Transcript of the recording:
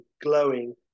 glowing